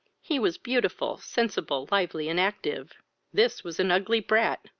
he was beautiful, sensible, lively, and active this was an ugly brat,